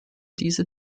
diese